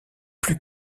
plus